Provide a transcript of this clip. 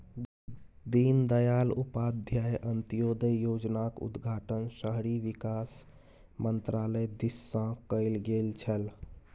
दीनदयाल उपाध्याय अंत्योदय योजनाक उद्घाटन शहरी विकास मन्त्रालय दिससँ कैल गेल छल